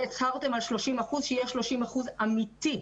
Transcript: אם הצהרתם על 30% אז שיהיה 30% אמיתי.